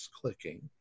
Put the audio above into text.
clicking